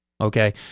Okay